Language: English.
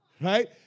Right